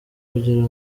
kugira